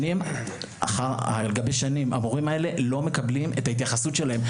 שנים על גבי שנים המורים האלה לא מקבלים את ההתייחסות שלהם.